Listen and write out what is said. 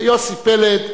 ויוסי פלד,